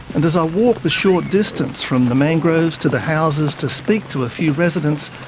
and as i walk the short distance from the mangroves to the houses to speak to a few residents,